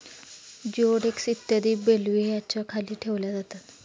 जिओडेक्स इत्यादी बेल्व्हियाच्या खाली ठेवल्या जातात